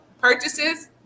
purchases